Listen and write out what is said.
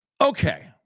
Okay